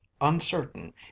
uncertain